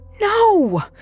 No